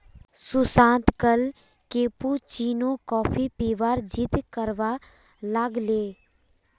सुशांत कल cappuccino coffee पीबार जिद्द करवा लाग ले